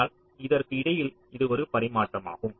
ஆனால் இதற்கு இடையில் இது ஒரு பரிமாற்றமாகும்